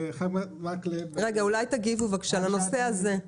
אולי תגיבו בבקשה לנושא הזה.